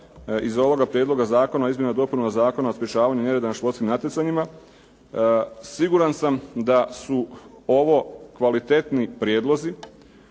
iz ovoga Prijedloga zakona o izmjenama i dopunama Zakona o sprječavanju nereda na športskim natjecanjima. Siguran sam da su ovo kvalitetni prijedlozi.